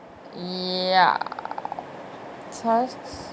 ya